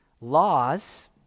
laws